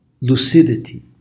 Lucidity